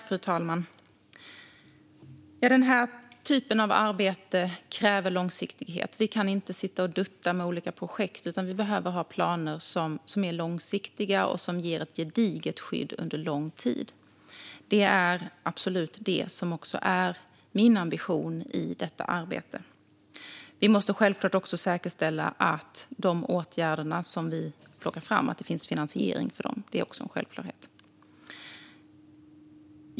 Fru talman! Den här typen av arbete kräver långsiktighet. Vi kan inte sitta och dutta med olika projekt, utan vi behöver ha planer som är långsiktiga och som ger ett gediget skydd under lång tid. Det är absolut det som också är min ambition i arbetet. Vi måste självklart också säkerställa att det finns finansiering för de åtgärder som vi plockar fram.